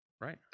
Right